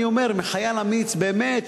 אני אומר: מחייל אמיץ באמת,